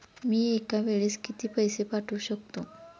मी एका वेळेस किती पैसे पाठवू शकतो?